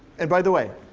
and by the way,